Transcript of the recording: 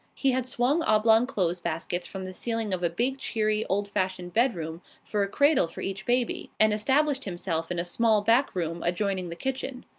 he had swung oblong clothes baskets from the ceiling of a big, cheery, old-fashioned bedroom for a cradle for each baby, and established himself in a small back room adjoining the kitchen.